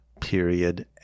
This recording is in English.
Period